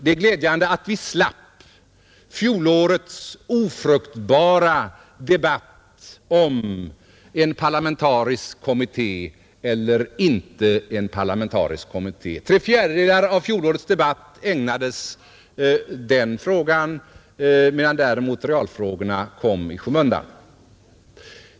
Det är glädjande att vi slapp fjolårets ofruktbara debatt om en parlamentarisk eller icke parlamentarisk kommitté. Tre fjärdedelar av fjolårets debatt ägnades den frågan, medan däremot realfrågorna kom i skymundan.